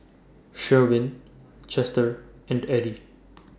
Sherwin Chester and Eddie